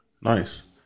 Nice